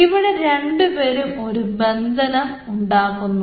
ഇവർ രണ്ടുപേരും ഒരു ബന്ധനം ഇവിടെ ഉണ്ടാകുന്നു